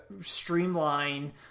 streamline